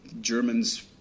Germans